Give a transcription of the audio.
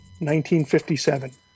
1957